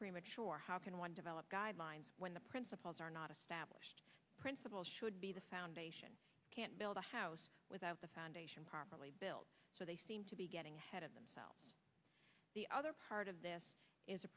premature how can one develop guidelines when the principles are not established principles should be the foundation can't build a house without the foundation properly so they seem to be getting ahead of themselves the other part of this is a